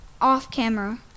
off-camera